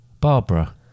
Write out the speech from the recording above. Barbara